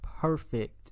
perfect